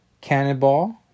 Cannonball